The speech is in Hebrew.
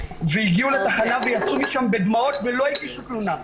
והגיעו לתחנה ויצאו משם בדמעות ולא הגישו תלונה.